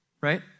right